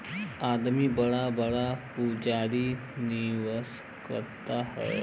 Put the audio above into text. आदमी बड़ा बड़ा पुँजी निवेस करत हौ